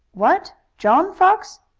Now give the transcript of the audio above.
what! john fox?